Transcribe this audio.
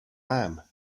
lamb